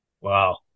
Wow